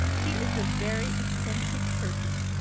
he is a very eccentric person.